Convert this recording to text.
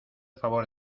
favor